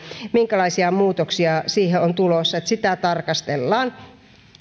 minkälaisia muutoksia siihen on tulossa mutta sitä tarkastellaan